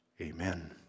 Amen